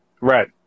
Right